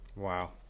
Wow